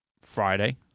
Friday